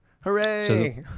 Hooray